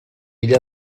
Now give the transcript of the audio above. illa